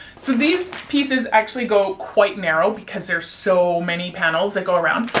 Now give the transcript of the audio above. so these pieces actually go quite narrow because there' so many panels that go around.